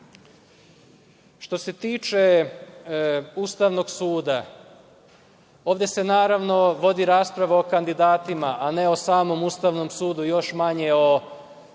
se tiče Ustavnog suda, ovde se naravno vodi rasprava o kandidatima, a ne o samom Ustavnom sudu, a još manje o